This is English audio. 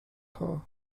car